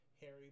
harry